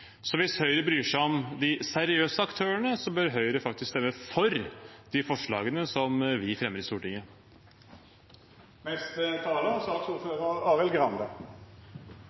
Hvis Høyre bryr seg om de seriøse aktørene, bør Høyre stemme for de forslagene som vi fremmer i Stortinget. Helt på tampen: Jeg er